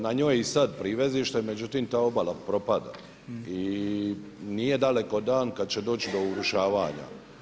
Na njoj je i sad privezište, međutim ta obala propada i nije daleko dan kad će doći do urušavanja.